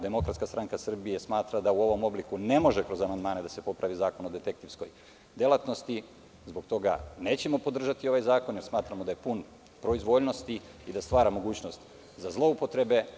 Demokratska stranka Srbije smatra da u ovom obliku ne može kroz amandmane da se popravi Zakon o detektivskoj delatnosti i zbog toga nećemo podržati ovaj zakon jer smatramo da je pun proizvoljnosti i stvara mogućnosti za zloupotrebe.